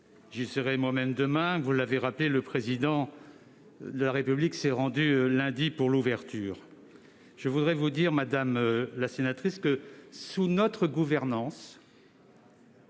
J'y serai moi-même demain, et, vous l'avez rappelé, le Président de la République s'y est rendu lundi, pour l'ouverture de la COP26. Madame la sénatrice, sous notre gouvernance,